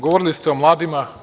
Govorili ste o mladima.